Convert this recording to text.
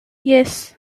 yes